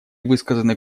высказаны